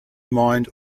mind